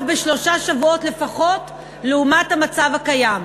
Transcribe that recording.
בשלושה שבועות לפחות לעומת המצב הקיים.